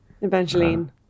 Evangeline